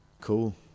Cool